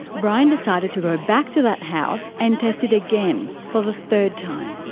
brian decided to go back to that house and test it again, for the third time.